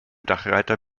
dachreiter